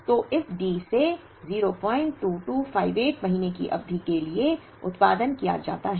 तो इस D से 02258 महीने की अवधि के लिए उत्पादन किया जाता है